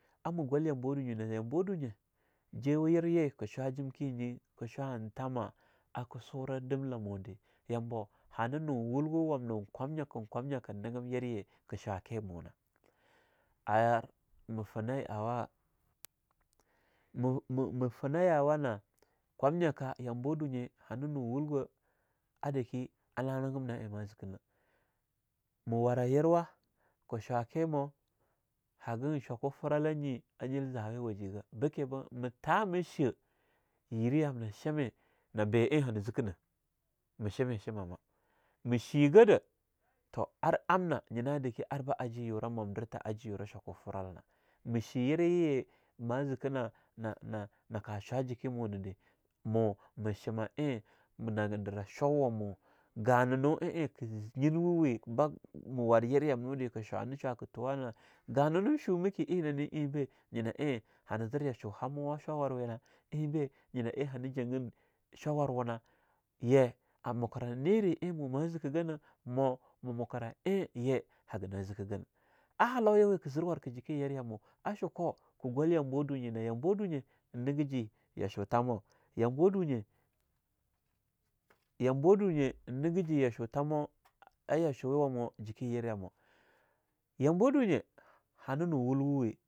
Shebawawe hana tame na, a to merah be ke gwal a yina na, bike enbe, en ke shur jike yeri yamuna a shumde shiwawamu ar mu ma shinda shenwawe ye ar yasho wajea showa yuran tammonah, zwaba baje ashow, na dwa in kune bike showma ma shur yakale nab jar shwa'a yakele sur susuma zwaba bamna ba dwa ba mara, ta be kan du kurewa wanyeb shomu wanye nab zebe nah zebe, en kurewa wanye buke showma wanye nab zebe nab, na amna a tamde jimmanye wane wane bo zabe zin deke a shwa warwe wabo, a wuna ne shinga zumkah warthe ma shim juka ar abah a gana nu in ha a warthe gada, warke kamna a yuran shwaku firalanye za'a am niga shwaku firala ya showa wamu jike yerah ya mu, na zwabba bamu, a yura, a yuwagin hama we shiba ba dwe de be mareni ga en ka shir tama ke yeriyamo na zwabba bamo ma turah na ke sur, ka jar shwa'a yakale, chamu shwaba, ba yilwa be dwe da.